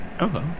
okay